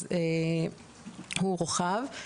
אז הוא הורחב.